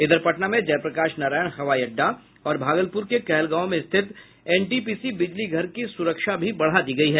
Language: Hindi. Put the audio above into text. इधर पटना में जय प्रकाश नारायण हवाई अड्डे और भागलपुर के कहलगांव में स्थित एनटीपीसी बिजली घर की सुरक्षा भी बढ़ा दी गयी है